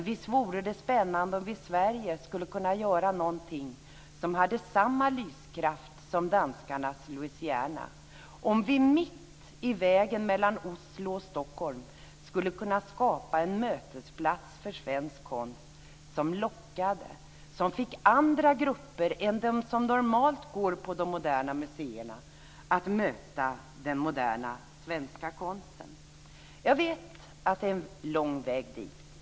Visst vore det spännande om vi i Sverige skulle kunna göra någonting som hade samma lyskraft som danskarnas Louisiana, om vi i mitt i vägen mellan Oslo och Stockholm skulle kunna skapa en mötesplats för svensk konst som lockade, som fick andra grupper än de som normalt går på de moderna museerna att möta den moderna svenska konsten. Jag vet att det är en lång väg dit.